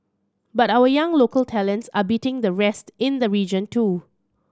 but our young local talents are beating the rest in the region too